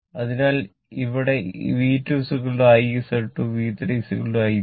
അതിനാൽ ഇവിടെ V2 I Z2 V3 I Z 3